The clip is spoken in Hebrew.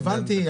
הבנתי.